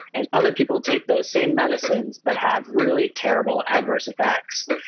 and other people take those same medicines but have really terrible adverse effects.